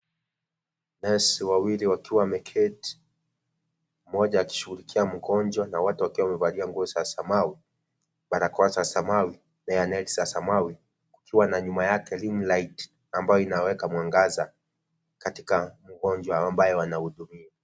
Nesi wawili wakiwa wameketi, mmoja akishughulikia mgonjwa na wote wakiwa wamevalia nguo za samawi, barakoa za samawi za samawi kukiwa na nyuma yake ring light ambayo inaweka mwangaza katika mgonjwa ambaye wanahudumia.